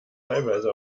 teilweise